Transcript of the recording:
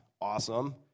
Awesome